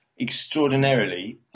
Extraordinarily